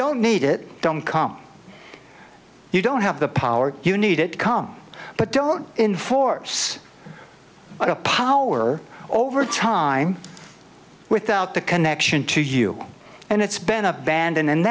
don't need it don't come you don't have the power you need it come but don't inforce a power over time without the connection to you and it's been abandoned and